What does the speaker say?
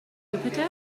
jupiter